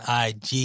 IG